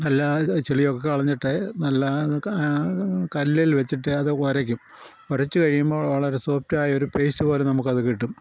നല്ല ചെളിയൊക്കെ കളഞ്ഞിട്ട് നല്ല കല്ലിൽ വെച്ചിട്ടത് ഒരക്കും ഒരച്ചു കഴിയുമ്പോൾ വളരെ സോഫ്റ്റായൊരു പേസ്റ്റ് പോലെ നമുക്കത് കിട്ടും